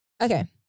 Okay